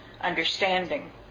understanding